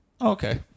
Okay